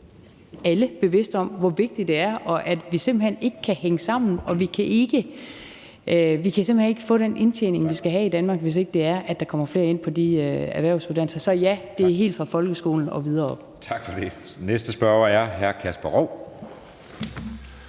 alle bevidste om, hvor vigtigt det er, og at vi simpelt hen ikke kan hænge sammen som samfund og få den indtjening, vi skal have i Danmark, hvis ikke der kommer flere ind på de erhvervsuddannelser. Så ja, det er helt fra folkeskolen og videre op. Kl. 14:30 Anden næstformand (Jeppe